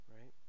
right